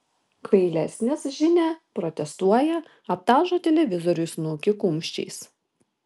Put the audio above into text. kvailesnis žinia protestuoja aptalžo televizoriui snukį kumščiais